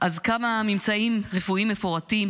כמה ממצאים רפואיים מפורטים,